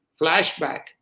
flashback